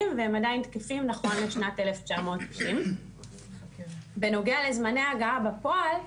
והם עדיין תקפים נכון לשנת 1990. בנוגע לזמני הגעה בפועל,